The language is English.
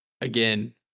again